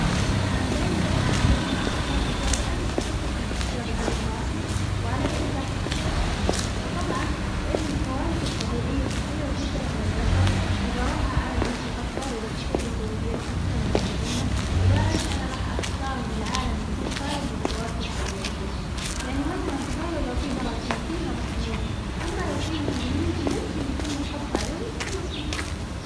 أنا دايماً صراحة قبل ما أختار إجابة أجلس أفكر في الإجابة هذي في راسي وعلى أي أساس راح أختارها، فطبعاً لأن الكوارث الطبيعية خطيرة جداً على البشر وظررها على البشر أكبر وراح تسبب في وفيات أكثر من الجريمة، لذلك أنا راح أختار إن العالم يكون خالي من الكوارث الطبيعية، يعني مثلاً تخيلوا لو في براكين كلنا راح نموت، أما لو في مجرمين ممكن يتم القبض عليهم ونتخلص منهم.